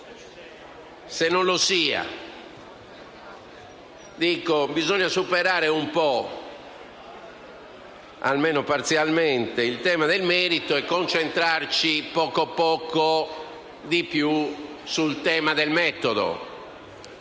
sia. Dico che bisogna superare un po', almeno parzialmente, il tema del merito e concentrarci poco poco di più sul tema del metodo.